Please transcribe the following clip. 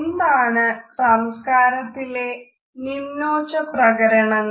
എന്താണ് സംസ്കാരത്തിലെ നിമ്നോച്ച പ്രകരണങ്ങൾ